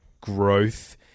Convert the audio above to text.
growth